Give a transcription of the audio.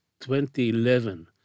2011